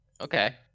Okay